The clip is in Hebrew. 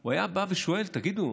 הוא היה בא ושואל: תגידו,